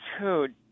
dude